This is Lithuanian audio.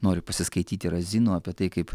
nori pasiskaityti razinų apie tai kaip